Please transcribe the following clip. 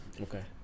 Okay